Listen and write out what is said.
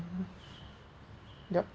yup